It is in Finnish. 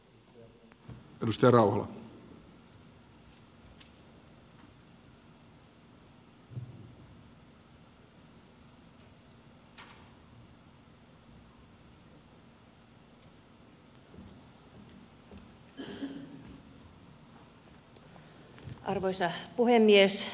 arvoisa puhemies